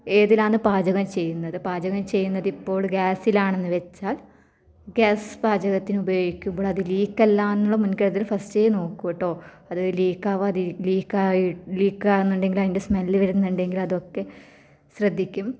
ഏതിലാണ് പാചകം ചെയ്യുന്നത് പാചകം ചെയ്യുന്നത് ഇപ്പോൾ ഗ്യാസിലാണെന്ന് വെച്ചാൽ ഗ്യാസ് പാചകത്തിന് ഉപയോഗിക്കുമ്പോൾ അത് ലീക്ക് അല്ല എന്നുള്ള മുൻകരുതൽ ഫസ്റ്റിലേ നോക്കും കേട്ടോ അത് ലീക്ക് ആവാതെ ഇരി ലീക്ക് ആയി ലീക്ക് അവുന്നുണ്ടെങ്കിൽ അതിൻ്റെ സ്മെൽ വരുന്നുണ്ടെങ്കിൽ അതൊക്കെ ശ്രദ്ധിക്കും